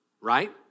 right